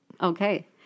Okay